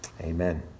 amen